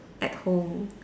at home